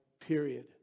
period